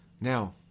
Now